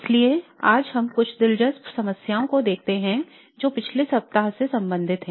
इसलिए आज हम कुछ दिलचस्प समस्याओं को देखते हैं जो पिछले सप्ताह से संबंधित हैं